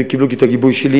והם קיבלו את הגיבוי שלי,